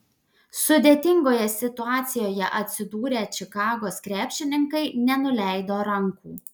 sudėtingoje situacijoje atsidūrę čikagos krepšininkai nenuleido rankų